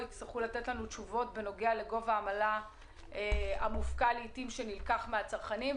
יצטרכו לתת לנו תשובות בנוגע לגובה העמלה המופקע לעיתים שנלקח מהצרכנים.